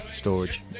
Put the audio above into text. storage